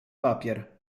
papier